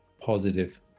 positive